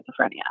schizophrenia